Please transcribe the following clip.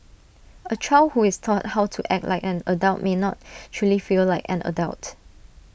A child who is taught how to act like an adult may not truly feel like an adult